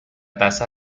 tasa